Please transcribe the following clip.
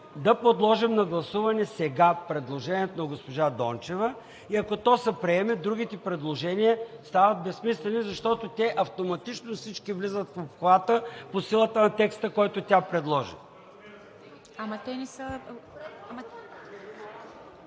да подложим на гласуване сега предложението на госпожа Дончева и ако то се приеме, другите предложения стават безсмислени, защото автоматично всички влизат в обхвата по силата на текста, който тя предложи.